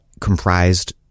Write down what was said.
comprised